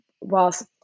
whilst